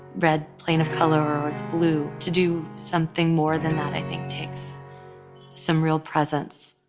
red plain of color or it's blue. to do something more than that i think takes some real presence.